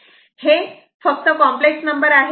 हे फक्त complex number आहे